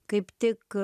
kaip tik